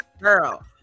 Girl